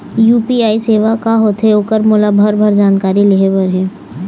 UPI सेवा का होथे ओकर मोला भरभर जानकारी लेहे बर हे?